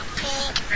pink